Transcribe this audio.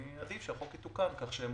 ועדיף שהחוק יתוקן כך שהחוק יתוקן כך